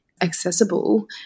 accessible